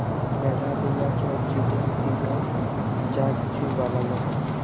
ম্যালা গুলা ছব জিলিস দিঁয়ে যা কিছু বালাল হ্যয়